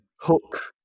hook